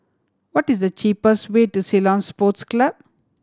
what is the cheapest way to Ceylon Sports Club